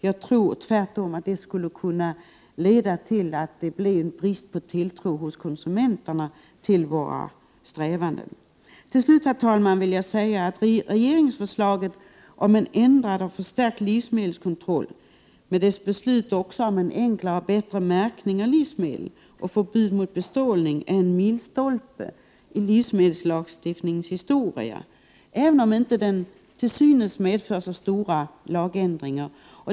Tvärtom tror jag att sådana skulle kunna leda till bristande tilltro hos konsumenterna till våra strävanden. Till slut, herr talman, vill jag säga att i regeringsförslaget om en ändrad och förstärkt livsmedelskontroll med dess beslut också om enklare men bättre märkning och om förbud mot bestrålning av livsmedel är en milstolpe i livsmedelslagstiftningens historia, även om den till synes inte medför så stora lagändringar.